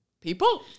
people